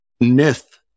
myth